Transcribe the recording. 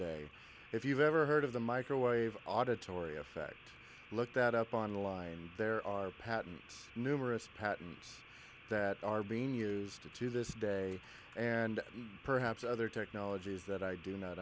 day if you've ever heard of the microwave auditoria fact look that up on the line there are patents numerous patents that are being used to to this day and perhaps other technologies that i do not